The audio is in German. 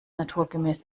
naturgemäß